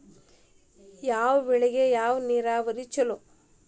ಯಾವ ಬೆಳಿಗೆ ಯಾವ ನೇರಾವರಿ ಛಲೋ?